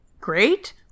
great